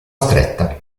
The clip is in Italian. stretta